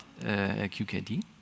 QKD